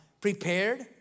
prepared